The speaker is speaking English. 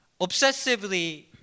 obsessively